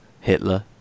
Hitler